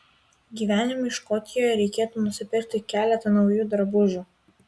gyvenimui škotijoje reikėtų nusipirkti keletą naujų drabužių